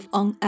on